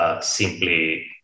Simply